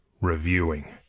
reviewing